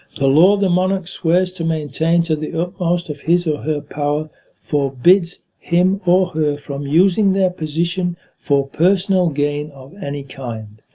the law the monarch swears to maintain to the utmost of his ah her power forbids him her from using their position for personal gain of any kind,